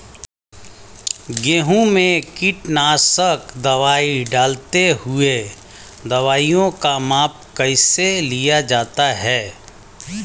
गेहूँ में कीटनाशक दवाई डालते हुऐ दवाईयों का माप कैसे लिया जाता है?